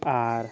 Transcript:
ᱟᱨ